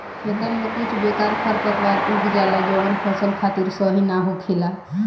खेतन में कुछ बेकार खरपतवार उग जाला जवन फसल खातिर सही ना होखेला